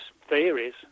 theories